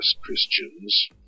Christians